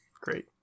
Great